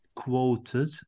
quoted